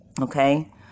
Okay